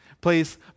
Please